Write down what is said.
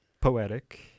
poetic